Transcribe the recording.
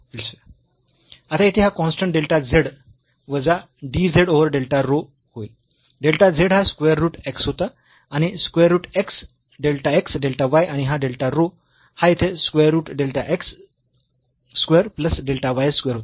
आता येथे हा कॉन्स्टंट डेल्टा z वजा d z over delta rho होईल डेल्टा z हा स्क्वेअर रूट x होता आणि square root x delta x delta y आणि हा डेल्टा रो हा येथे square root delta x square plus delta y square होता